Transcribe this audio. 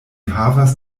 havas